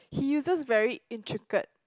he uses very intricate